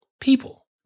People